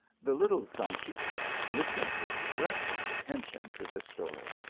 the little sanchica listened with breathless atten tion to this story.